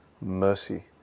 mercy